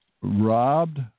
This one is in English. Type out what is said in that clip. Robbed